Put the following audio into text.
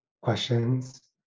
questions